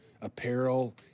apparel